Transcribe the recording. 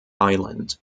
island